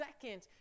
second